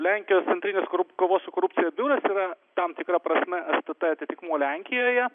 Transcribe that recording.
lenkijos centrinis kovos su korupcija biuras yra tam tikra prasme stt atitikmuo lenkijoje